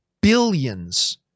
billions